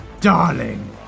darling